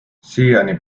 siiani